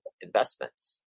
investments